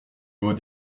haut